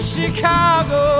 Chicago